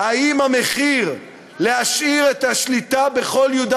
האם המחיר של להשאיר את השליטה בכל יהודה